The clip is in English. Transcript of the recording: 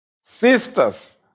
sisters